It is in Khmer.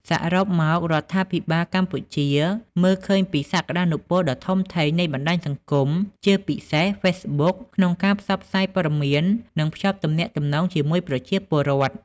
សរុបមក រដ្ឋាភិបាលកម្ពុជាបានមើលឃើញពីសក្តានុពលដ៏ធំធេងនៃបណ្ដាញសង្គម ជាពិសេស Facebook ក្នុងការផ្សព្វផ្សាយព័ត៌មាន និងភ្ជាប់ទំនាក់ទំនងជាមួយប្រជាពលរដ្ឋ។